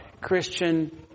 Christian